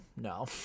no